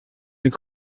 eine